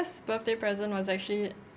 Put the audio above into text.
best birthday present was actually